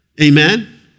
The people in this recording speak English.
Amen